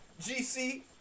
GC